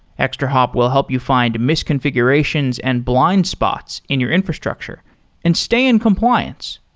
extrahop will help you find misconfigurations and blind spots in your infrastructure and stay in compliance.